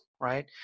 right